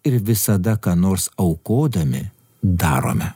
ir visada ką nors aukodami darome